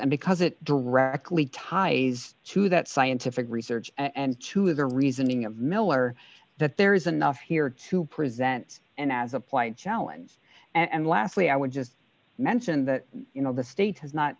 and because it directly ties to that scientific research and to the reasoning of miller that there's enough here to present an as applied challenge and lastly i would just mention that you know the state has not